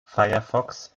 firefox